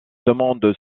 demande